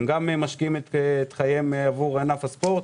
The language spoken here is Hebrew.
הם גם משקיעים את חייהם עבור ענף הספורט,